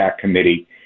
committee